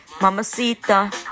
Mamacita